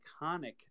iconic